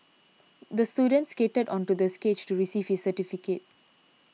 the student skated onto the stage to receive his certificate